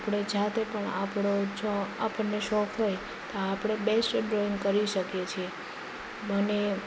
આપણે જાતે પણ આપણો આપણને શોખ હોય તો આપણે બેસ્ટ ડ્રોઈંગ કરી શકીએ છીએ મને